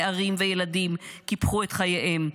נערים וילדים קיפחו את חייהם.